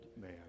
man